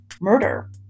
murder